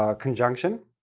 ah conjunction.